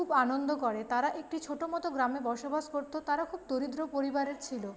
খুব আনন্দ করে তারা একটি ছোট মতো গ্রামে বসবাস করত তারা খুব দরিদ্র পরিবারের ছিল